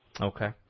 Okay